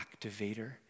activator